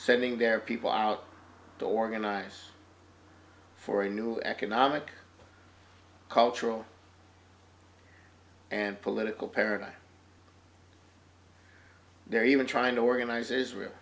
sending their people out to organize for a new economic cultural and political paradigm they're even trying to organize israel